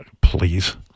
please